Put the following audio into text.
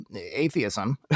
atheism